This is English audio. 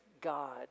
God